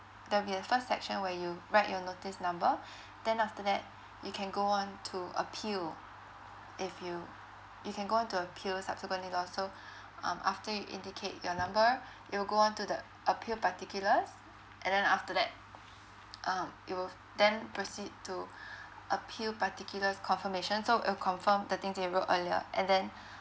there'll be a first section where you write your notice number then after that you can go on to appeal if you you can go on to appeal subsequently also um after you indicate your number you will go on to the appeal particulars and then after that um it will then proceed to appeal particulars confirmation so it'll confirm the things to book earlier and then